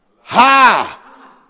ha